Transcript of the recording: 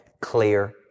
clear